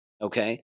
okay